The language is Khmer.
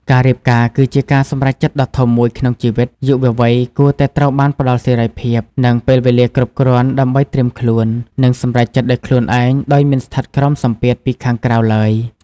ការរៀបការគឺជាការសម្រេចចិត្តដ៏ធំមួយក្នុងជីវិត យុវវ័យគួរតែត្រូវបានផ្តល់សេរីភាព និងពេលវេលាគ្រប់គ្រាន់ដើម្បីត្រៀមខ្លួន និងសម្រេចចិត្តដោយខ្លួនឯង ដោយមិនស្ថិតក្រោមសម្ពាធពីខាងក្រៅឡើយ ។